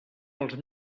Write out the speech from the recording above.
els